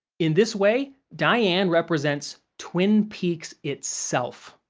in this way, diane represents twin peaks itself.